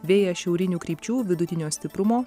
vėjas šiaurinių krypčių vidutinio stiprumo